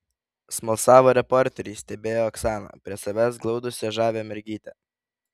smalsavo reporteriai stebėję oksaną prie savęs glaudusią žavią mergytę